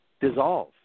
dissolve